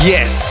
Yes